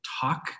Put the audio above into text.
talk